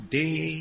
day